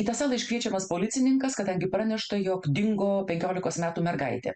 į tą salą iškviečiamas policininkas kadangi pranešta jog dingo penkiolikos metų mergaitė